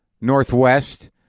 northwest